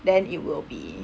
then it will be